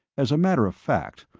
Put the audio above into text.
as a matter of fact,